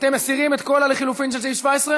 אתם מסירים את כל הלחלופין של סעיף 17?